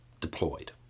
deployed